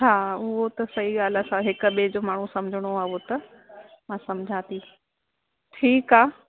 हा उहो त सही ॻाल्हि आहे असां हिकु ॿिए जो माण्हू समुझणो आहे उहो त मां समुझा थी ठीकु आहे